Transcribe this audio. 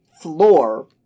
floor